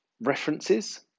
references